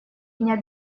дня